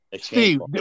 Steve